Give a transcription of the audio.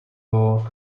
war